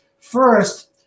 First